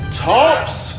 tops